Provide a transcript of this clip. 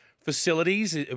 facilities